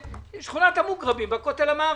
לשכונת המוגרבים ליד הכותל המערבי.